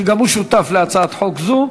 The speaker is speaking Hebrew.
שגם הוא שותף להצעת חוק זו.